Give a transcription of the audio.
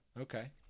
Okay